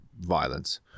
violence